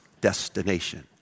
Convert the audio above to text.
destination